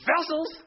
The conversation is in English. vessels